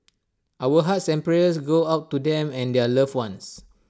our hearts and prayers go out to them and their loved ones